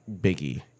Biggie